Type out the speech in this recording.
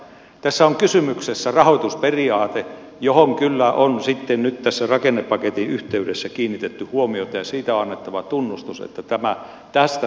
tässä on kysymyksessä rahoitusperiaate johon kyllä on sitten nyt tässä rakennepaketin yhteydessä kiinnitetty huomiota ja siitä on annettava tunnustus että tätä ruvetaan seuraamaan